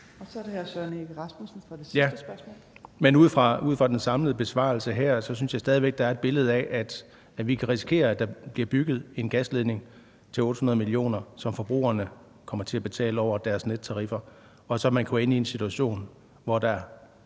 Så er det hr. Søren Egge Rasmussen for et sidste spørgsmål. Kl. 14:42 Søren Egge Rasmussen (EL): Men ud fra den samlede besvarelse her synes jeg stadig væk, der er et billede af, at vi kan risikere, at der bliver bygget en gasledning til 800 mio. kr., som forbrugerne kommer til at betale over deres nettariffer, og at man kan ende i en situation, hvor der